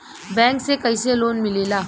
Bank से कइसे loan मिलेला?